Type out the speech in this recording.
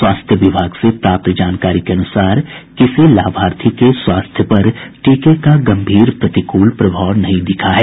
स्वास्थ्य विभाग से प्राप्त जानकारी के अनुसार किसी लाभार्थी के स्वास्थ्य पर टीके का गम्भीर प्रतिकूल प्रभाव नहीं दिखा है